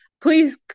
please